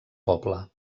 poble